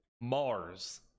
mars